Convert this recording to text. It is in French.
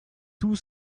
tout